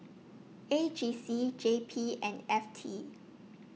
A G C J P and F T